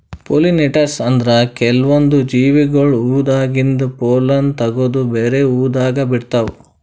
pollinators ಅಂದ್ರ ಕೆಲ್ವನ್ದ್ ಜೀವಿಗೊಳ್ ಹೂವಾದಾಗಿಂದ್ ಪೊಲ್ಲನ್ ತಗದು ಬ್ಯಾರೆ ಹೂವಾದಾಗ ಬಿಡ್ತಾವ್